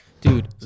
dude